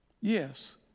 Yes